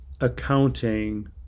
accounting